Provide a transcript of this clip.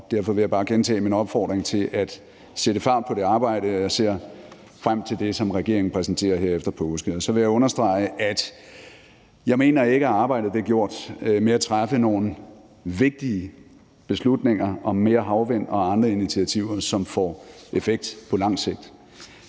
derfor vil jeg bare gentage min opfordring til at sætte fart i det arbejde, og jeg ser frem til det, som regeringen præsenterer her efter påske. Så vil jeg understrege, at jeg ikke mener, at arbejdet er gjort med at træffe nogle vigtige beslutninger om mere havvindenergi og andre initiativer, som får effekt på lang sigt.